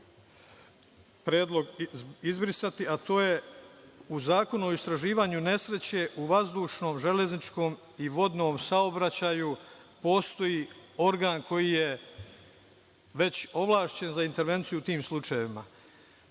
predlog izbrisati, a to je – u Zakonu o istraživanju nesreće u vazdušnom, železničkom i vodnom saobraćaju postoji organ koji je već ovlašćen za intervenciju u tim slučajevima. Stavom